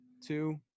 Two